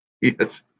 yes